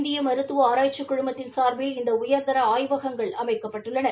இந்திய மருத்துவ ஆராய்ச்சி குழுமத்தின் சார்பில் இந்த உயர்தர ஆய்வகங்கள் அமைக்கப்பட்டுள்ளன